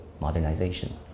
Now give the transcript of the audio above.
modernization